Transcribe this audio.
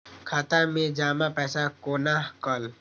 खाता मैं जमा पैसा कोना कल